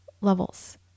levels